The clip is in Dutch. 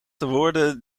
woorden